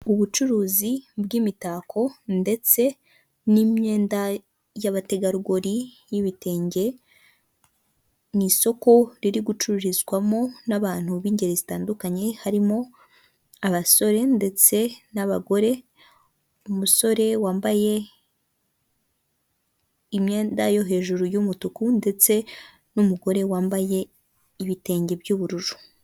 Ubucuruzi bw'imitako ndetse n'imyenda y'abategarugori y'ibitenge mu isoko riri gucururizwamo n'abantu b'ingeri zitandukanye harimo abasore ndetse n'abagore, umusore wambaye imyenda yo hejuru y'umutuku ndetse numugore wambaye ibitenge by'ubururu.